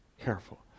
careful